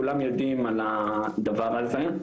כולם יודעים על הדבר הזה,